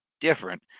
different